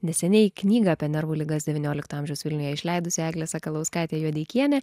neseniai knygą apie nervų ligas devyniolikto amžiaus vilniuje išleidusi eglė sakalauskaitė juodeikienė